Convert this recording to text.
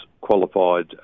qualified